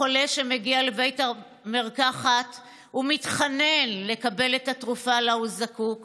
החולה שמגיע לבית המרחקת ומתחנן לקבל את התרופה שהוא זקוק לה,